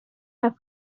have